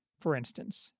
for instance,